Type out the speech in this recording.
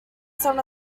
son